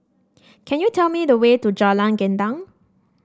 could you tell me the way to Jalan Gendang